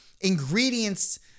ingredients